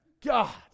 God